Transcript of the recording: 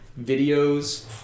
videos